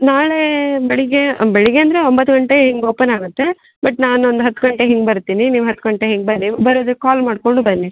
ನಾಳೇ ಬೆಳಗ್ಗೆ ಬೆಳಗ್ಗೆ ಅಂದರೆ ಒಂಬತ್ತು ಗಂಟೆ ಹಿಂಗೆ ಓಪನ್ ಆಗುತ್ತೆ ಬಟ್ ನಾನು ಒಂದು ಹತ್ತು ಗಂಟೆಗೆ ಹಿಂಗೆ ಬರ್ತೀನಿ ನೀವು ಹತ್ತು ಗಂಟೆ ಹಿಂಗೆ ಬರ್ರಿ ಬರೋದಕ್ಕೆ ಕಾಲ್ ಮಾಡಿಕೊಂಡು ಬನ್ನಿ